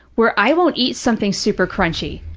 where i won't eat something super crunchy.